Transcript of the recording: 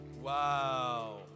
Wow